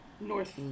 North